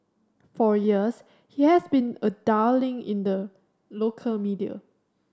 for years he has been a darling in the local media